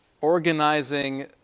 organizing